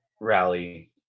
rally